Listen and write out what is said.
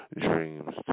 dreams